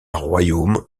royaume